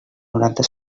noranta